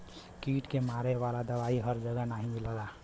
कीट के मारे वाला दवाई हर जगह नाही मिलला